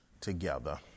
together